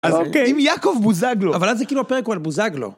אז אוקיי, עם יעקב בוזגלו, אבל אז זה כאילו הפרק הוא על בוזגלו.